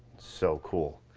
so cool.